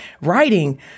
writing